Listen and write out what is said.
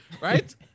right